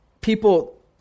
people